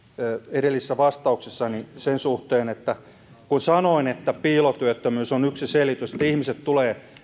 edellisessä vastauksessani sen suhteen kun sanoin että piilotyöttömyys on yksi selitys että ihmiset tulevat